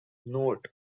note